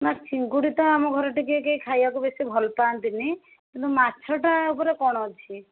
ନା ଚିଙ୍ଗୁଡ଼ି ତ ଆମ ଘରେ ଟିକେ କେହି ଖାଇବାକୁ ବେଶି ଭଲ ପାଆନ୍ତିନି କିନ୍ତୁ ମାଛଟା ଉପରେ କଣ ଅଛି